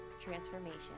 transformation